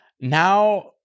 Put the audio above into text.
now